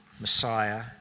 Messiah